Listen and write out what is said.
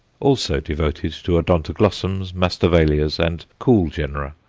also devoted to odontoglossums, masdevallias, and cool genera,